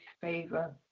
favor